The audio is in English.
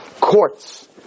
courts